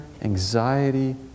anxiety